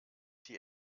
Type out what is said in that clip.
die